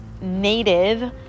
native